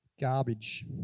Garbage